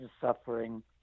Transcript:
suffering